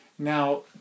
Now